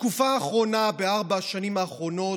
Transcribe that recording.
בתקופה האחרונה, בארבע השנים האחרונות,